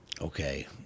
okay